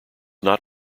not